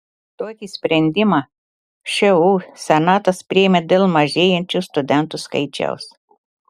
tokį sprendimą šu senatas priėmė dėl mažėjančio studentų skaičiaus